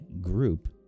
group